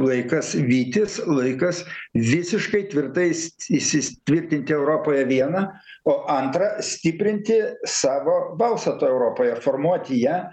laikas vytis laikas visiškai tvirtais įsistvirtinti europoje viena o antra stiprinti savo balsą toj europoje formuoti ją